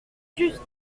juste